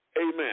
Amen